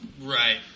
Right